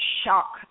shock